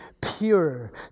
pure